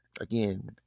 again